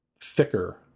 thicker